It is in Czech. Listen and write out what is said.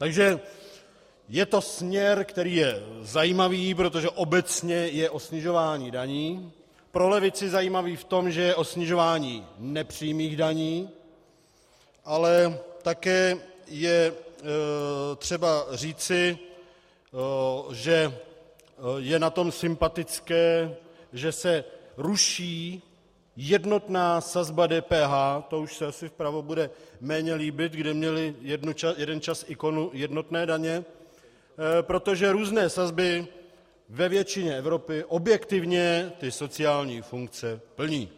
Takže je to směr, který je zajímavý, protože obecně je o snižování daní, pro levici zajímavý v tom, že jde o snižování nepřímých daní, ale také je třeba říci, že je na tom sympatické, že se ruší jednotná sazba DPH to už se asi vpravo bude méně líbit, kde měli jeden čas ikonu jednotné daně , protože různé sazby ve většině Evropy objektivně sociální funkce plní.